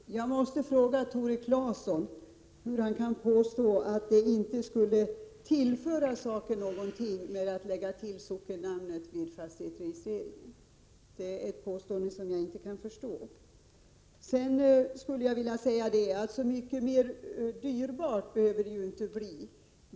Herr talman! Jag måste fråga Tore Claeson hur han kan påstå att tillägg av sockennamn vid fastighetsregistreringen inte skulle tillföra någonting. Det är ett påstående som jag inte kan förstå. Så mycket mer dyrbart behöver det inte bli.